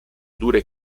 dure